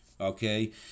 Okay